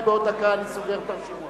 כי בעוד דקה אני סוגר את הרשימות.